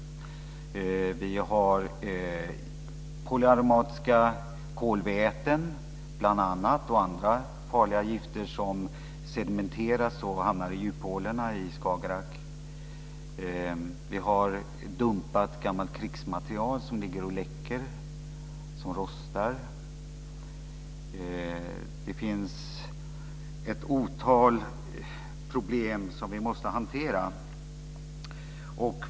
Vi har bl.a. polyaromatiska kolväten och andra farliga gifter som sedimenteras och hamnar i djuphålorna i Skagerrak. Vi har dumpat gammalt krigsmateriel som läcker och rostar. Det finns ett otal problem som vi måste hantera.